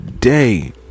Day